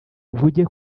mvuge